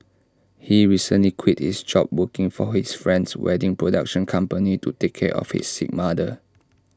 he recently quit his job working for his friend's wedding production company to take care of his sick mother